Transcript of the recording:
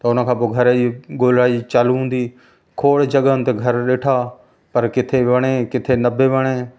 त उन खां पोइ घर जी ॻोल्हाई चालू हूंदी खोढ़ जॻाउनि ते घर ॾिठां पर किथे वणे किथे न बि वणे